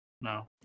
no